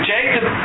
Jacob